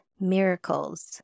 Miracles